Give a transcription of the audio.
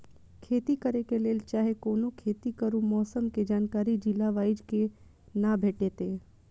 खेती करे के लेल चाहै कोनो खेती करू मौसम के जानकारी जिला वाईज के ना भेटेत?